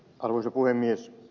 arvoisa puhemies